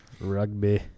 Rugby